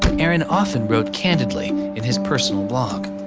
aaron often wrote candidly in his personal blog.